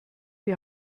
die